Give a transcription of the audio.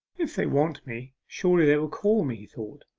if they want me, surely they will call me he thought,